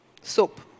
soap